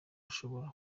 ushobora